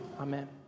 Amen